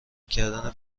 کردن